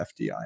FDI